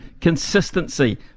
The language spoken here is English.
consistency